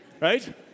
Right